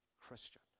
Christian